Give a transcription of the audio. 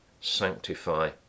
sanctify